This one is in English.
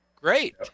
great